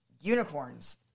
unicorns